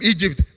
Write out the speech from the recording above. Egypt